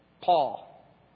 Paul